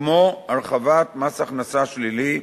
כמו: הרחבת מס הכנסה שלילי,